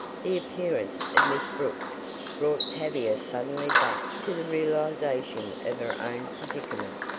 the appearance of miss brooks brought tavia suddenly back to the realization of her own predicament.